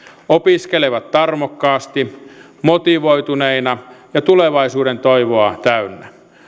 opiskelevat tarmokkaasti motivoituneina ja tulevaisuudentoivoa täynnä